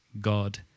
God